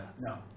No